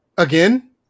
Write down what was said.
Again